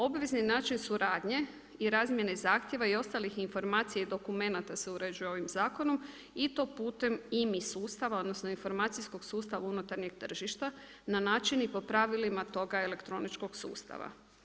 Obvezni način suradnje i razmjene zahtjeva i ostalih informacija i dokumenata se uređuje ovim zakonom i to putem IMI sustava, odnosno informacijskog sustava unutarnjeg tržišta, na način i po pravilima toga elektroničkog sustava.